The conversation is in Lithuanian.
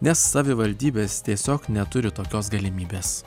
nes savivaldybės tiesiog neturi tokios galimybės